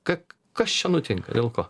ka kas čia nutinka dėl ko